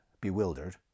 bewildered